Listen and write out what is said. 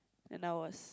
and I was